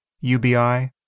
UBI